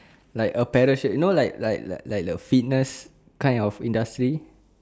like a parachute you know like like like like the fitness kind of industry